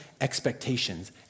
expectations